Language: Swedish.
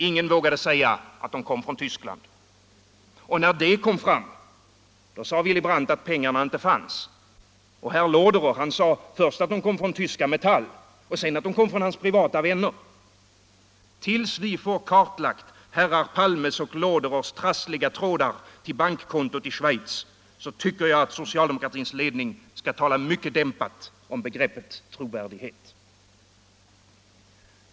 Ingen vågade säga att de kom från Tyskland. När den saken kom fram sade Willy Brandt att pengarna inte fanns. Och herr Loderer sade först att pengarna kom från tyska Metall och sedan att de kom från hans privata vänner. Till dess vi får kartlagt herrar Palmes och Loderers trassliga trådar till bankkontot i Schweiz tycker jag att socialdemokratins ledning skall tala mycket dämpat om begreppet trovärdighet.